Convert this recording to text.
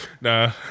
Nah